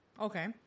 Okay